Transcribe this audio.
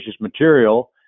material